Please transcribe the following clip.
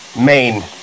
main